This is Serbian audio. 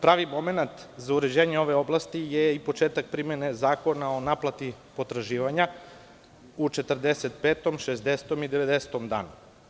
Pravi momenat za uređenje ove oblasti je i početak primene Zakona o naplati potraživanja u 45, 60. i 90. danu.